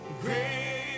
great